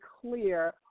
clear